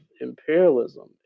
imperialism